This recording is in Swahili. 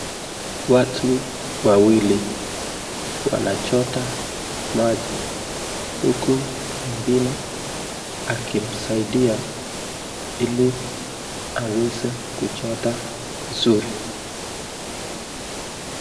Watu wawili wanachota maji huku mwingine akimnasadia hili aweze kuchota vizuri.